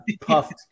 puffed